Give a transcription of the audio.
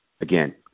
again